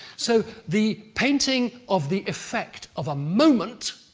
so, the painting of the effect of a moment.